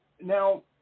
Now